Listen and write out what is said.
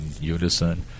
unison